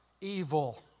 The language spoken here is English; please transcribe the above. evil